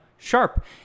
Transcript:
Sharp